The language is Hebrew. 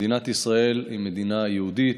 מדינת ישראל היא מדינה יהודית,